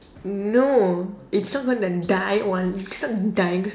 no it's not gonna die or it's not dying